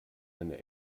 eine